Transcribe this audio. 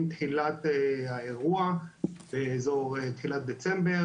עם תחילת האירוע באזור תחילת דצמבר,